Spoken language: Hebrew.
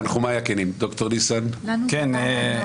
ד"ר ניסן שריפי, בבקשה.